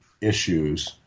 issues